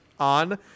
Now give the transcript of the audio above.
On